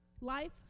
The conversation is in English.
life